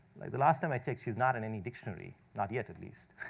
like the last time i checked, she's not in any dictionary, not yet at least.